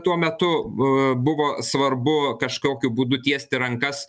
tuo metu buvo svarbu kažkokiu būdu tiesti rankas